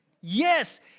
yes